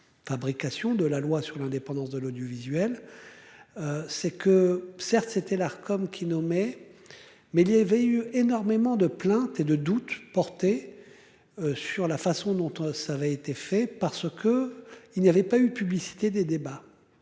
de la loi sur l'indépendance de l'audiovisuel. C'est que certes, c'était l'Arcom qui nommé. Mais il y avait eu énormément de plaintes et de doute porté. Sur la façon dont on ça avait été fait parce que il n'y avait pas eu publicité des débats.